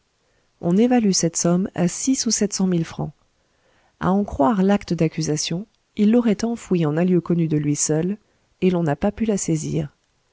on évalue cette somme à six ou sept cent mille francs à en croire l'acte d'accusation il l'aurait enfouie en un lieu connu de lui seul et l'on n'a pas pu la saisir